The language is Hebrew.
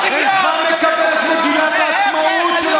אינך מקבל את מגילת העצמאות של